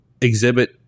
exhibit